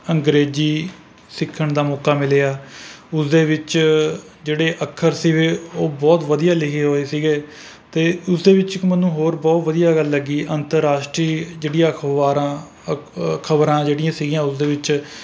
ਅੰਗਰੇਜ਼ੀ ਸਿੱਖਣ ਦਾ ਮੌਕਾ ਮਿਲਿਆ ਉਸਦੇ ਵਿੱਚ ਜਿਹੜੇ ਅੱਖਰ ਸੀਗੇ ਉਹ ਬਹੁਤ ਵਧੀਆ ਲਿਖੇ ਹੋਏ ਸੀਗੇ ਅਤੇ ਉਸਦੇ ਵਿੱਚ ਇੱਕ ਮੈਨੂੰ ਹੋਰ ਬਹੁਤ ਵਧੀਆ ਗੱਲ ਲੱਗੀ ਅੰਤਰਰਾਸ਼ਟਰੀ ਜਿਹੜੀ ਅਖਬਾਰਾਂ ਖਬਰਾਂ ਜਿਹੜੀਆਂ ਸੀਗੀਆਂ ਉਸਦੇ ਵਿੱਚ